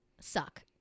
suck